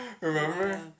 Remember